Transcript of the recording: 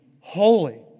holy